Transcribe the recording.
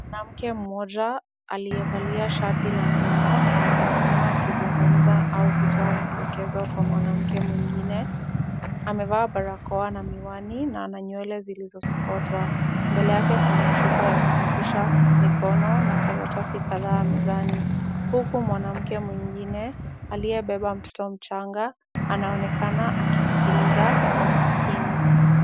Mwanamke mmoja aliyevalia shati la njano na anaonekana akizungumza au kutoa maelekezo kwa mwanamke mwingine. Amevaa barakoa na miwani na ana nywele zilizosokotwa. Mbele yake kuna chupa ya kusafisha mikono na karatasi kadhaa mezani. Huku mwanamke mwingine aliyebeba mtoto mchanga anaonekana akisikiliza kwa makini.